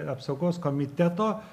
apsaugos komiteto